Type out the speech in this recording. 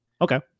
Okay